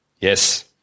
yes